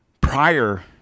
Prior